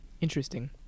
Interesting